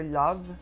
love